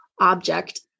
object